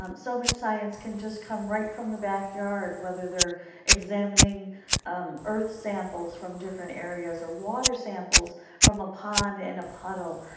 um so much science can just come right from the backyard, whether they are examining um earth samples from different areas or water samples from a pond and a puddle.